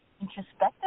introspective